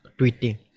tweeting